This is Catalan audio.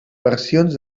versions